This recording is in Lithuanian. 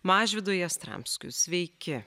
mažvydu jastramskiu sveiki